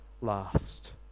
last